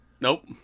nope